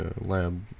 Lab